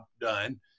done